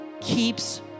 keeps